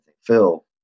Phil